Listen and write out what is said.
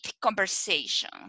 conversation